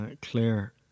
clear